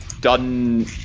done